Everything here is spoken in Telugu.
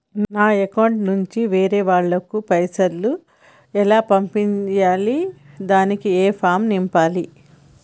నా అకౌంట్ నుంచి వేరే వాళ్ళకు పైసలు ఎలా పంపియ్యాలి దానికి ఏ ఫామ్ నింపాలి?